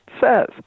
says